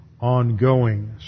ongoing